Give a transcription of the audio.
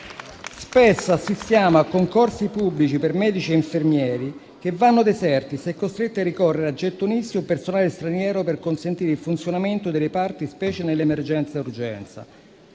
Spesso assistiamo a concorsi pubblici per medici e infermieri che vanno deserti e si è costretti a ricorrere a gettonisti o a personale straniero per consentire il funzionamento dei reparti, specie nell'emergenza-urgenza.